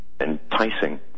enticing